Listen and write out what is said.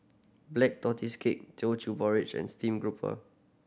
Black Tortoise Cake Teochew Porridge and steamed grouper